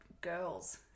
girls